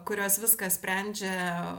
kurios viską sprendžia